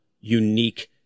unique